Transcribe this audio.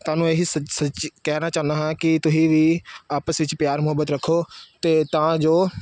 ਤੁਹਾਨੂੰ ਇਹੀ ਸੱ ਸੱਚੀ ਕਹਿਣਾ ਚਾਹੁੰਦਾ ਹਾਂ ਕਿ ਤੁਸੀਂ ਵੀ ਆਪਸ ਵਿੱਚ ਪਿਆਰ ਮੁਹੱਬਤ ਰੱਖੋ ਅਤੇ ਤਾਂ ਜੋ